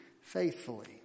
faithfully